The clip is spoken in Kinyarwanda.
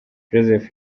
joseph